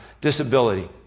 disability